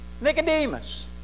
Nicodemus